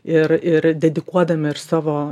ir ir dedikuodami ir savo